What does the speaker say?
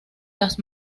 las